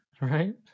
right